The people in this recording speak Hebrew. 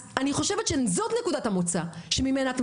אני חושבת שזאת נקודת המוצא שממנה אתם